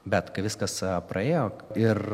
bet kai viskas praėjo ir